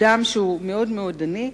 אדם שהוא מאוד מאוד עני,